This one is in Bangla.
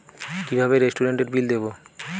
কিভাবে রেস্টুরেন্টের বিল দেবো?